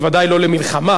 בוודאי לא למלחמה,